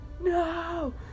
No